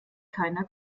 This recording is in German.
keiner